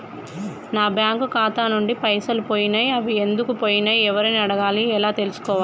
నా బ్యాంకు ఖాతా నుంచి పైసలు పోయినయ్ అవి ఎందుకు పోయినయ్ ఎవరిని అడగాలి ఎలా తెలుసుకోవాలి?